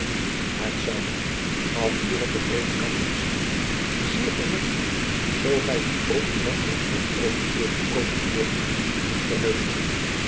et zou mij gaf hierop de predikant te verstaan zeer verwonderen zoo gij u ook in dat opzigt over uwe toekomende dochter niet verheugde